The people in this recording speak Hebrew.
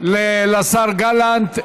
השר גלנט.